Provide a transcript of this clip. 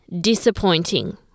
disappointing